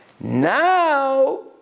Now